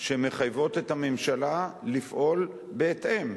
שמחייבות את הממשלה לפעול בהתאם.